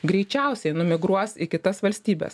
greičiausiai numigruos į kitas valstybes